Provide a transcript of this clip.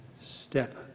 step